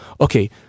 okay